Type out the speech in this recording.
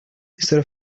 instead